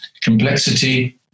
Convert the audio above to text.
Complexity